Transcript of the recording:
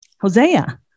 Hosea